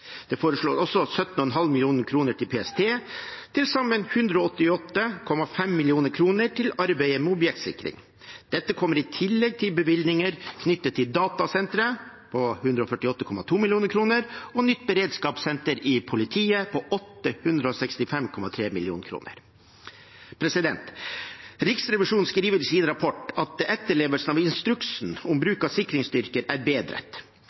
Det foreslås også 17,5 mill. kr til PST – til sammen 188,5 mill. kr til arbeidet med objektsikring. Dette kommer i tillegg til bevilgninger knyttet til datasentre, på 148,2 mill. kr, og nytt beredskapssenter i politiet, på 865,3 mill. kr. Riksrevisjonen skriver i sin rapport at etterlevelsen av instruksen om bruk av sikringsstyrker er bedret.